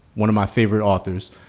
one of my favorite authors,